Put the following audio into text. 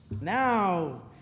now